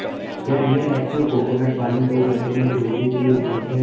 क्या real active coconut पानी दो घंटे में डिलीवरी के लिए उपलब्ध है